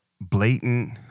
blatant